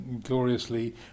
gloriously